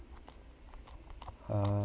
uh